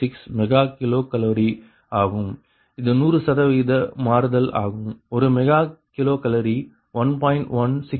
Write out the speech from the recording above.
86 mega kilo calorie ஆகும் இது 100 சதவிகித மாறுதல் ஆகும் ஒரு மெகா கிலோ கலோரி 1